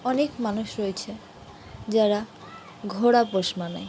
অনেক মানুষ রয়েছে যারা ঘোড়া পোষ মা নেই